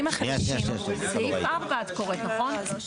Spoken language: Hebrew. סעיף 4 את קוראת, נכון?